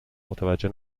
متوجه